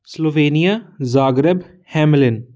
Slovenia Zagreb Hamlin